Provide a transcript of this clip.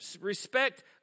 respect